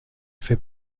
fait